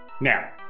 Now